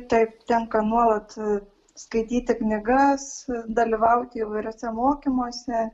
taip tenka nuolat skaityti knygas dalyvauti įvairiuose mokymuose